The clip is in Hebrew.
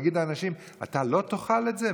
להגיד לאנשים: אתה לא תאכל את זה?